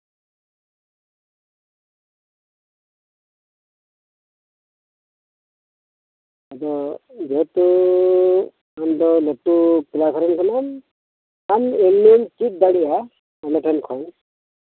ᱟᱫᱚ ᱡᱮᱦᱮᱛᱩ ᱟᱢ ᱫᱚ ᱞᱟᱹᱴᱩ ᱠᱞᱟᱥ ᱨᱮᱱ ᱠᱟᱱᱟᱢ ᱟᱢ ᱮᱢᱱᱤᱢ ᱪᱮᱫ ᱫᱟᱲᱮᱭᱟᱜᱼᱟ ᱟᱞᱮᱴᱷᱮᱱ ᱠᱷᱚᱱ